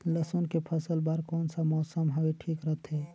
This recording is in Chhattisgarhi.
लसुन के फसल बार कोन सा मौसम हवे ठीक रथे?